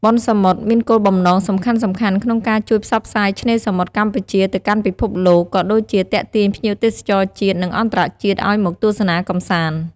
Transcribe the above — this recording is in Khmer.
បុណ្យសមុទ្រមានគោលបំណងសំខាន់ៗ ក្នុងការជួយផ្សព្វផ្សាយឆ្នេរសមុទ្រកម្ពុជាទៅកាន់ពិភពលោក ក៏ដូចជាទាក់ទាញភ្ញៀវទេសចរជាតិ និងអន្តរជាតិឱ្យមកទស្សនាកម្សាន្ត។